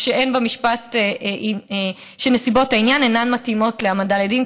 או: נסיבות העניין אינן מתאימות להעמדה לדין,